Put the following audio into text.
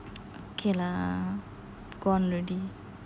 okay lah gone already